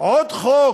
עוד חוק